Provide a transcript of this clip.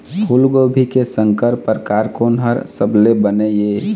फूलगोभी के संकर परकार कोन हर सबले बने ये?